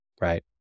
right